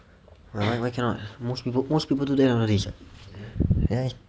why cannot most people most people do that nowadays [what]